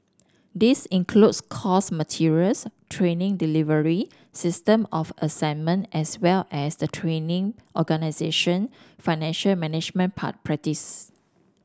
this includes course materials training delivery system of assessment as well as the training organisation financial management practice